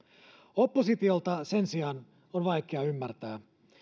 oppositiota sen sijaan on vaikea ymmärtää